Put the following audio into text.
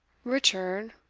richard,